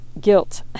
guilt